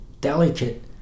delicate